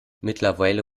mittlerweile